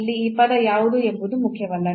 ಇಲ್ಲಿ ಈ ಪದ ಯಾವುದು ಎಂಬುದು ಮುಖ್ಯವಲ್ಲ